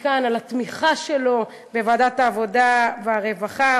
מכאן על התמיכה שלו בוועדת העבודה והרווחה,